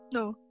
No